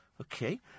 okay